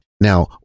Now